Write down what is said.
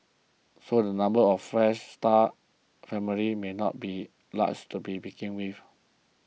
so the number of Fresh Start families may not be large to be begin with